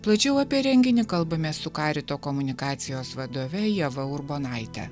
plačiau apie renginį kalbamės su karito komunikacijos vadove ieva urbonaite